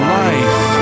life